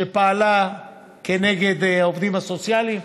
שפעלה כנגד עובדים סוציאליים.